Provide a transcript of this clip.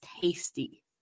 tasty